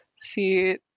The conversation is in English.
see